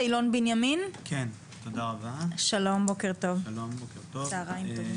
שלום, צהריים טובים.